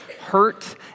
hurt